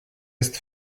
ist